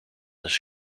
dus